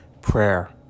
Prayer